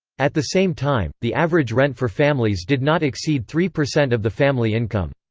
at the same time, the average rent for families did not exceed three percent of the family income.